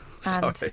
Sorry